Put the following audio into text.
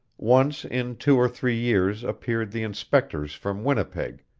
once in two or three years appeared the inspectors from winnipeg,